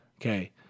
Okay